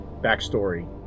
backstory